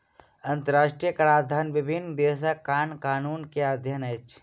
अंतरराष्ट्रीय कराधन विभिन्न देशक कर कानून के अध्ययन अछि